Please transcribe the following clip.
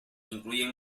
incluyen